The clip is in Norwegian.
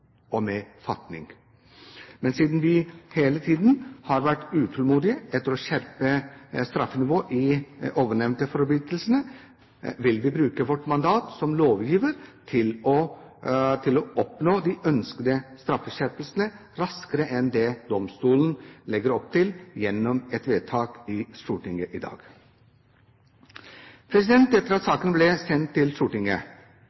og med fatning. Men siden vi hele tiden har vært utålmodige etter å skjerpe straffenivået i de ovennevnte forbrytelser, vil vi bruke vårt mandat som lovgiver til å oppnå de ønskede straffeskjerpelsene raskere enn det domstolen legger opp til gjennom et vedtak i Stortinget i dag. Etter at